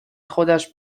خودش